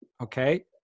okay